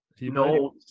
No